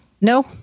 No